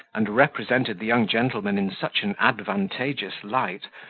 and represented the young gentleman in such an advantageous light,